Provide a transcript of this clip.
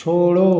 छोड़ो